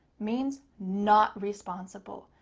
means not responsible.